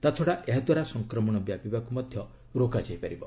ତାଛଡା ଏହାଦ୍ୱାରା ସଂକ୍ରମଣ ବ୍ୟାପିବାକୁ ମଧ୍ୟ ରୋକାଯାଇପାରିବ